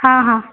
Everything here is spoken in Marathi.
हां हां